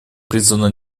призвано